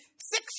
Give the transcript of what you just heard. six